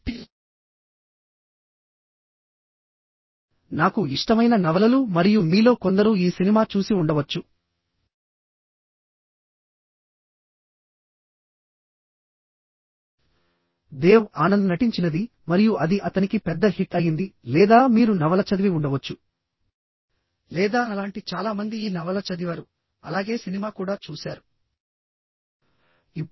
కాబట్టి నాకు ఇష్టమైన నవలలు మరియు మీలో కొందరు ఈ సినిమా చూసి ఉండవచ్చు దేవ్ ఆనంద్ నటించినది మరియు అది అతనికి పెద్ద హిట్ అయ్యింది లేదా మీరు నవల చదివి ఉండవచ్చు లేదా నాలాంటి చాలా మంది ఈ నవల చదివారు అలాగే సినిమా కూడా చూశారు